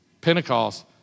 Pentecost